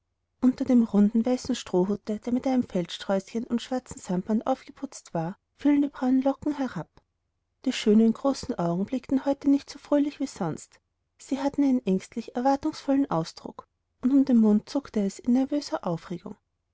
unter dem runden weißen strohhute der mit einem feldsträußchen und schwarzen samtband aufgeputzt war fielen die braunen locken herab die schönen großen augen blickten heute nicht so fröhlich wie sonst sie hatten einen ängstlich erwartungsvollen ausdruck und um den mund zuckte es in nervöser aufregung